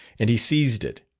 and he seized it.